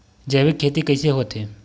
जैविक खेती कइसे होथे?